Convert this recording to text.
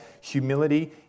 Humility